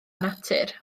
natur